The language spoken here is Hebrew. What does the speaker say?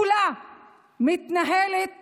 כולה מתנהלת